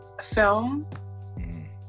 film